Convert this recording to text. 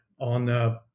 on